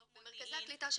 לא במודיעין,